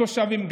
גם מתושבים,